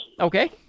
Okay